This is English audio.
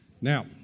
Now